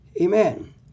Amen